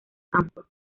stanford